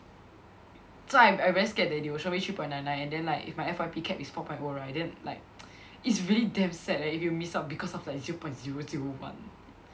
so I'm I very scared that they will show me three point nine nine and then like if my F_Y_P CAP is four point O right then like is really damn sad eh if you miss out because of like zero point zero zero one